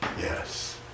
Yes